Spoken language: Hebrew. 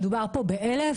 מדובר פה ב-1,000,